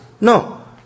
No